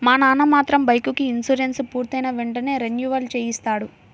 మా నాన్న మాత్రం బైకుకి ఇన్సూరెన్సు పూర్తయిన వెంటనే రెన్యువల్ చేయిస్తాడు